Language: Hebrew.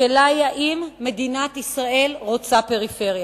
השאלה היא אם מדינת ישראל רוצה פריפריה.